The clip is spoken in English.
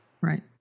Right